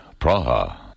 Praha